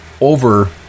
over